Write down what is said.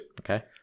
Okay